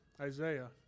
Isaiah